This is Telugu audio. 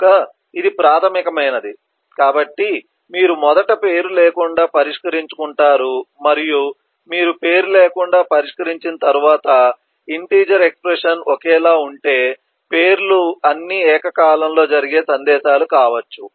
కనుక ఇది ప్రాథమికమైనది కాబట్టి మీరు మొదట పేరు లేకుండా పరిష్కరించుకుంటారు మరియు మీరు పేరు లేకుండా పరిష్కరించిన తర్వాత ఇంటీజెర్ ఎక్స్ప్రెషన్ ఒకేలా ఉంటే పేర్లు అన్నీ ఏకకాలంలో జరిగే సందేశాలు కావచ్చు